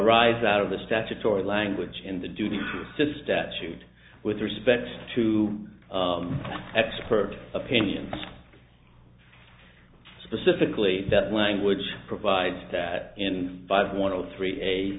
arise out of the statutory language in the duty to statute with respect to expert opinion specifically that language provides that in five one of the three a